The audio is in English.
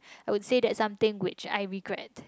I would say that something which I regret